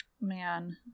man